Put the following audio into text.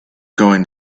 going